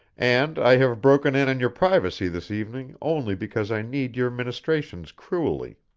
and i have broken in on your privacy this evening only because i need your ministrations cruelly.